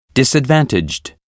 Disadvantaged